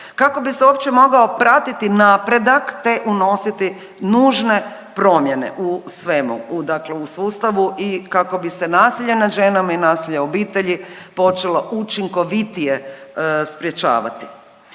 kako bi se uopće mogao pratiti napredak te unositi nužne promjene u svemu, u dakle u sustavu i kako bi se nasilje nad ženama i nasilje u obitelji počelo učinkovitije sprječavati.